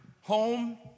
home